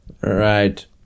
Right